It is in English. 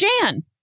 Jan